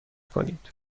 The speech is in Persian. کنید